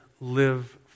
live